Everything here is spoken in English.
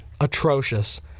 atrocious